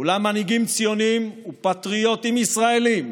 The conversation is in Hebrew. כולם מנהיגים ציונים ופטריוטים ישראלים,